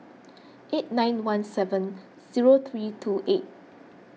eight nine one seven zero three two eight